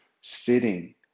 sitting